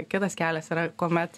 kitas kelias yra kuomet